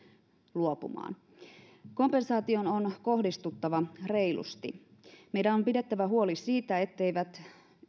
luopumaan kompensaation on kohdistuttava reilusti meidän on pidettävä huoli siitä ettei